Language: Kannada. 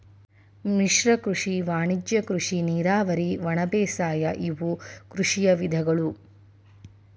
ಮಿಶ್ರ ಕೃಷಿ ವಾಣಿಜ್ಯ ಕೃಷಿ ನೇರಾವರಿ ಒಣಬೇಸಾಯ ಇವು ಕೃಷಿಯ ವಿಧಗಳು